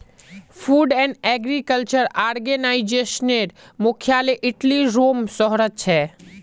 food and agriculture आर्गेनाईजेशनेर मुख्यालय इटलीर रोम शहरोत छे